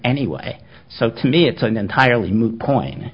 anyway so to me it's an entirely moot point